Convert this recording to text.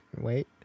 Wait